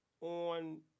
on